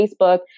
Facebook